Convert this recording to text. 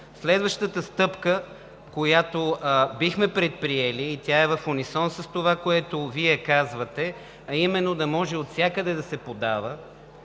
Следващата стъпка, която бихме предприели и тя е в унисон с това, което Вие казвате, а именно да може отвсякъде да се подават.